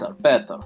better